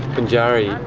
binjari